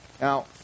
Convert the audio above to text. Now